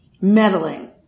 meddling